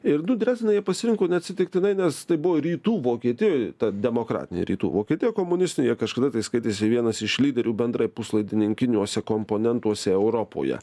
ir du dresdeną jie pasirinko neatsitiktinai nes tai buvo rytų vokietijoj ta demokratinė rytų vokietija komunistinė kažkada tai skaitėsi vienas iš lyderių bendrai puslaidininkiniuose komponentuose europoje